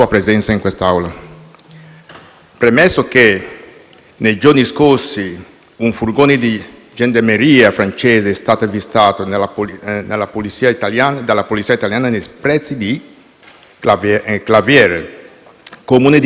Premesso che: nei giorni scorsi un furgone della gendarmeria francese è stato avvistato dalla Polizia italiana nei pressi di Clavière, Comune dell'Alta Val di Susa,